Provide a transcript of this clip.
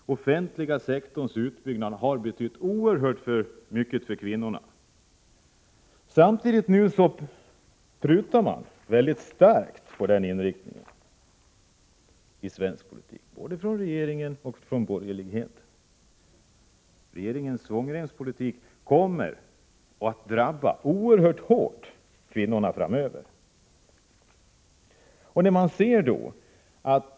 Den offentliga sektorns utbyggnad har betytt oerhört mycket för kvinnorna. Samtidigt prutar man nu väldigt starkt på den inriktningen i svensk politik, både från regeringen och från borgerligheten. Regeringens svångremspolitik kommer att drabba kvinnorna oerhört hårt framöver.